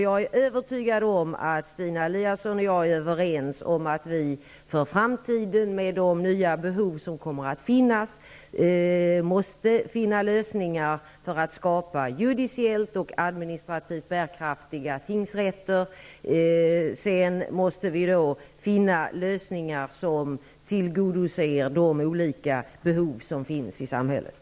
Jag är övertygad om att Stina Eliasson och jag är överens om att vi för framtiden, med de nya behov som kommer att finnas, måste finna lösningar för att skapa judiciellt och administrativt bärkraftiga tingsrätter. Vi måste finna lösningar som tillgodoser de olika behov som finns i samhället.